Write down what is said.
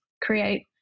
create